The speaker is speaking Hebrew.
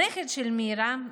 הנכד של מירה,